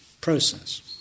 process